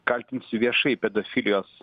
kaltinsiu viešai pedofilijos